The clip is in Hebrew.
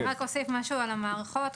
אני רק אוסיף משהו על המערכות.